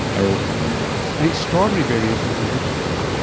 are also in our list. and extraordinary variations in dental care.